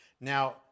Now